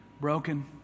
broken